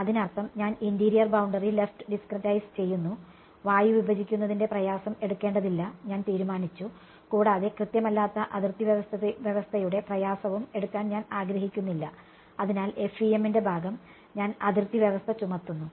അതിനർത്ഥം ഞാൻ interior boundary left discretize ചെയ്യുന്നു വായു വിഭജിക്കുന്നതിന്റെ പ്രയാസം എടുക്കേണ്ടതില്ല ഞാൻ തീരുമാനിച്ചു കൂടാതെ കൃത്യമല്ലാത്ത അതിർത്തി വ്യവസ്ഥയുടെ പ്രയാസവും എടുക്കാൻ ഞാൻ ആഗ്രഹിക്കുന്നില്ല അതിനാൽ FEM ന്റെ ഭാഗം ഞാൻ അതിർത്തി വ്യവസ്ഥ ചുമത്തുന്നു